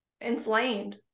inflamed